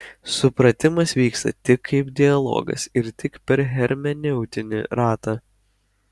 supratimas vyksta tik kaip dialogas ir tik per hermeneutinį ratą